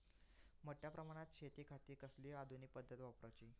मोठ्या प्रमानात शेतिखाती कसली आधूनिक पद्धत वापराची?